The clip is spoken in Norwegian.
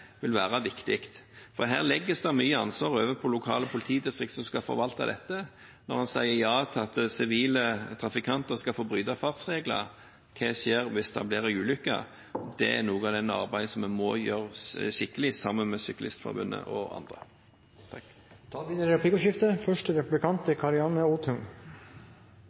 Her legges det mye ansvar over på lokale politidistrikter som skal forvalte dette, når en sier ja til at sivile trafikanter skal få bryte fartsregler. Hva skjer hvis det blir en ulykke? Det er noe av det arbeidet som må gjøres skikkelig, sammen med Norges Cykleforbund og andre. Det blir replikkordskifte. I